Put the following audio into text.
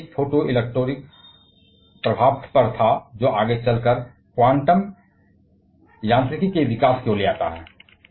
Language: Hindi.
कागज एक फोटोइलेक्ट्रिक प्रभाव पर था जो आगे चलकर क्वांटम यांत्रिकी के विकास की ओर ले जाता है